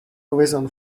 reason